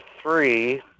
three